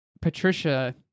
Patricia